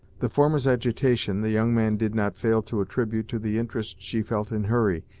the former's agitation, the young man did not fail to attribute to the interest she felt in hurry,